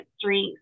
strengths